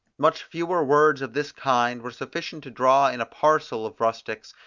much fewer words of this kind were sufficient to draw in a parcel of rustics,